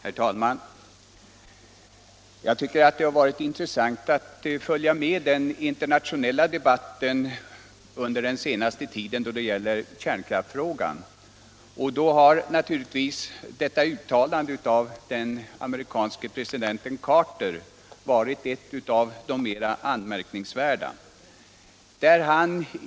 Herr talman! Jag tycker det har varit intressant att följa med i den internationella debatten under den senaste tiden då det gäller kärnkraftsfrågan. Därvid har naturligtvis uttalanden av den amerikanske presidenten Carter varit något av det mera anmärkningsvärda.